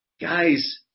guys